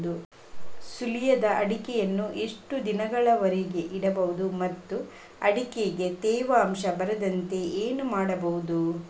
ಸುಲಿಯದ ಅಡಿಕೆಯನ್ನು ಎಷ್ಟು ದಿನಗಳವರೆಗೆ ಇಡಬಹುದು ಮತ್ತು ಅಡಿಕೆಗೆ ತೇವಾಂಶ ಬರದಂತೆ ಏನು ಮಾಡಬಹುದು?